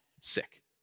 sick